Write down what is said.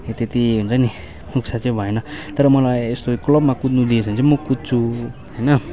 त्यति हुन्छ नि इच्छा चाहिँ भएन तर मलाई यसो क्लबमा कुद्नु दिएछ भने चाहिँ म कुद्छु होइन